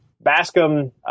Bascom